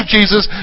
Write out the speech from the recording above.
Jesus